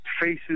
faces